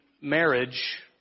marriage